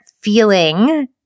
feeling